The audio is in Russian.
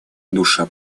душа